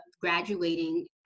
graduating